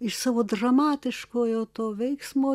iš savo dramatiškojo to veiksmo